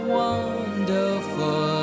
wonderful